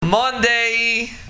Monday